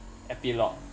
epilogue